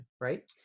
right